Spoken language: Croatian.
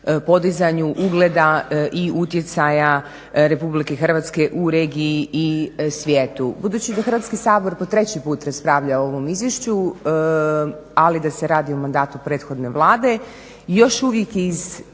podizanju ugleda i utjecaja RH u regiji i svijetu. Budući da Hrvatski sabor po 3 put raspravlja o ovom izvješću, ali da se radi o mandatu prethodne Vlade, i još uvijek je